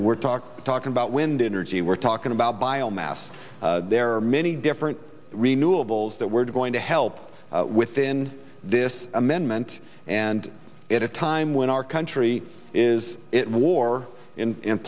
we're talk talking about wind energy we're talking about biomass there are many different renewables that we're going to help with in this amendment and at a time when our country is it war in